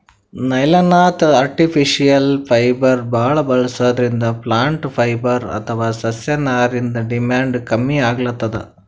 ನೈಲಾನ್ನಂಥ artificial fibre ಭಾಳ್ ಬಳಸದ್ರಿಂದ plant fibre ಅಥವಾ ಸಸ್ಯನಾರಿಂದ್ ಡಿಮ್ಯಾಂಡ್ ಕಮ್ಮಿ ಆಗ್ಲತದ್